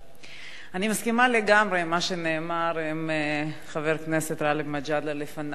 אני מסכימה לגמרי עם מה שאמר חבר הכנסת גאלב מג'אדלה לפני.